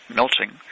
melting